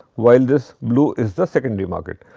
while this blue is the secondary market.